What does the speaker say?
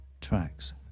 tracks